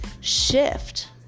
shift